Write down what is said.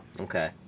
Okay